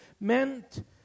meant